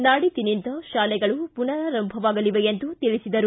ನಾಡಿದ್ದಿನಿಂದ ಶಾಲೆಗಳು ಪುನರಾರಂಭವಾಗಲಿವೆ ಎಂದು ತಿಳಿಸಿದರು